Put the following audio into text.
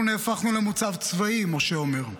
אנחנו נהפכנו למוצב צבאי, משה אומר.